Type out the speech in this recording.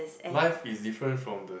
life is different from the